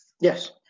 Yes